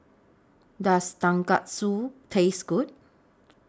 Does Tonkatsu Taste Good